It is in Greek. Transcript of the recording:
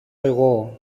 εγώ